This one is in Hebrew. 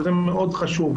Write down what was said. וזה מאוד חשוב.